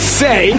say